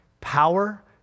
Power